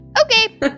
Okay